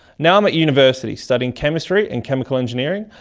now i'm at university, studying chemistry and chemical engineering,